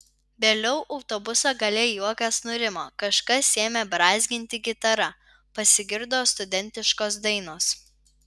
vėliau autobuso gale juokas nurimo kažkas ėmė brązginti gitara pasigirdo studentiškos dainos